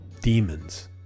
demons